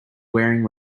wearing